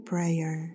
Prayer